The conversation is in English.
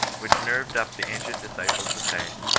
which nerved up the ancient disciples to say,